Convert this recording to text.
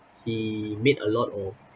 he made a lot of